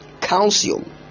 Calcium